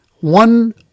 One